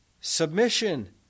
submission